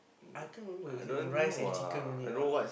I can't remember is it rice and chicken only ah